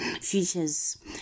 features